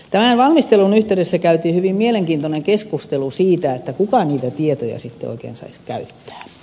tämän valmistelun yhteydessä käytiin hyvin mielenkiintoinen keskustelu siitä kuka niitä tietoja sitten oikein saisi käyttää